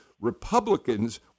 Republicans